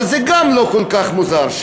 אבל זה גם לא כל כך מוזר.